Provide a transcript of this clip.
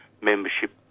membership